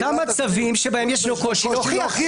הוא אומר: " באותם מצבים שבהם ישנו קושי להוכיח".